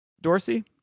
Dorsey